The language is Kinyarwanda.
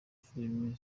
filime